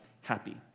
happy